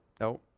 no